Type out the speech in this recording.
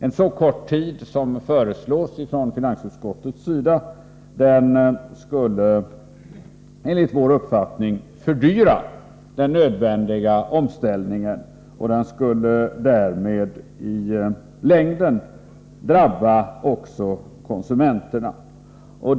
En så kort tid som finansutskottet föreslår skulle, enligt vår uppfattning, fördyra den nödvändiga omställningen och därmed i längden drabba också konsumenterna.